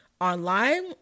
online